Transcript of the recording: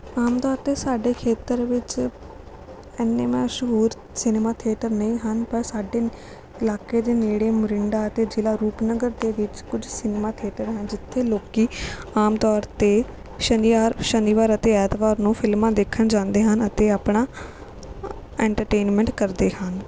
ਆਮ ਤੌਰ 'ਤੇ ਸਾਡੇ ਖੇਤਰ ਵਿੱਚ ਐਨੇ ਮਸ਼ਹੂਰ ਸਿਨੇਮਾ ਥੀਏਟਰ ਨਹੀਂ ਹਨ ਪਰ ਸਾਡੇ ਇਲਾਕੇ ਦੇ ਨੇੜੇ ਮੋਰਿੰਡਾ ਅਤੇ ਜਿਲ੍ਹਾ ਰੂਪਨਗਰ ਦੇ ਵਿੱਚ ਕੁਝ ਸਿਨੇਮਾ ਥੀਏਟਰ ਹਨ ਜਿੱਥੇ ਲੋਕ ਆਮ ਤੌਰ 'ਤੇ ਸ਼ਨੀਵਾਰ ਸ਼ਨੀਵਾਰ ਅਤੇ ਐਤਵਾਰ ਨੂੰ ਫਿਲਮਾਂ ਦੇਖਣ ਜਾਂਦੇ ਹਨ ਅਤੇ ਆਪਣਾ ਐਨਟਰਟੇਨਮੈਂਟ ਕਰਦੇ ਹਨ